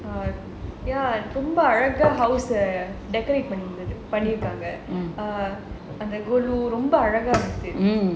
ரொம்ப அழகா பண்ணி இருக்காங்க அந்த கொலு ரொம்ப அழகா இருந்தது:romba alaga panni irukkaanga antha kolu romba alaga irunthathu